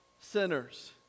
sinners